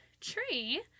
tree